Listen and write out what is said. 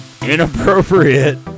inappropriate